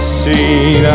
seen